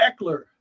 Eckler